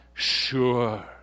sure